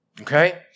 Okay